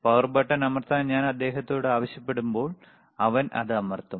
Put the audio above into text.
power button അമർത്താൻ ഞാൻ അദ്ദേഹത്തോട് ആവശ്യപ്പെടുമ്പോൾ അവൻ അത് അമർത്തും